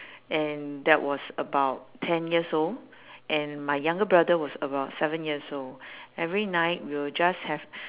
and that was about ten years old and my younger brother was about seven years old every night we would just have